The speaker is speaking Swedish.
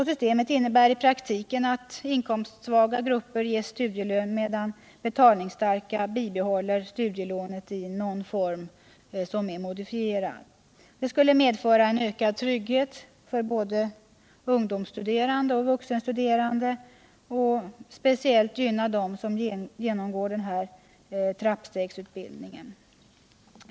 Systemet innebär i praktiken att inkomstsvaga grupper ges studielön, medan betalningsstarka bibehåller studielånet i modifierad form. Det skulle medföra ökad trygghet för såväl ungdomssom vuxenstuderande och speciellt gynna dem som genomgår trappstegsutbildning.